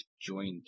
joined